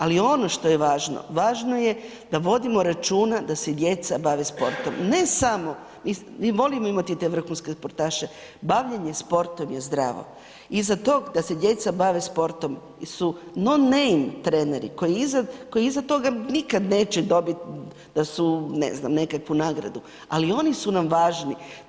Ali ono što je važno, važno je da vodimo računa da se djeca bave sportom, ne samo mi volimo imati te vrhunske sportaše, bavljenje sportom je zdravo iza tog da se djeca bave sportom su non name treneri koji iza toga nikad neće dobit da su ne znam nekakvu nagradu, ali oni su nam važni.